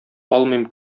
алмыйм